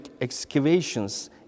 excavations